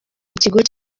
ikigo